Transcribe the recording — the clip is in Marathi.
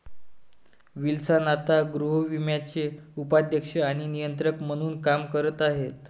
विल्सन आता गृहविम्याचे उपाध्यक्ष आणि नियंत्रक म्हणून काम करत आहेत